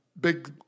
big